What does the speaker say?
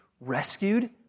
rescued